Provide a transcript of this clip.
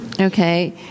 Okay